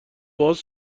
باز